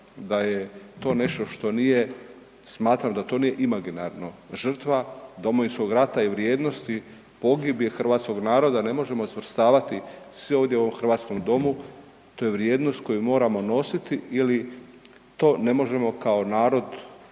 da je to nešto što nije, smatram da to nije imaginarno. Žrtva Domovinskog rata i vrijednosti pogibije hrvatskog naroda ne možemo svrstavati sve ovdje u ovom hrvatskom Domu, to je vrijednost koju moramo nositi ili to ne možemo kao narod